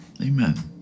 Amen